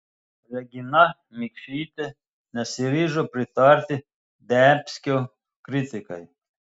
regina mikšytė nesiryžo pritarti dembskio kritikai